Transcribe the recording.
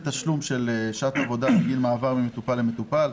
תשלום של שעת עבודה בגין מעבר ממטופל למטופל,